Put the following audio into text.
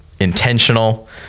intentional